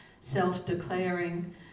self-declaring